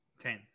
ten